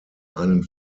einen